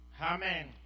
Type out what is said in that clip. Amen